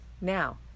Now